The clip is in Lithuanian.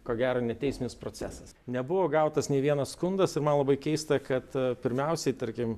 ko gero ne teisinis procesas nebuvo gautas nei vienas skundas ir man labai keista kad pirmiausiai tarkim